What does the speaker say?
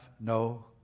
no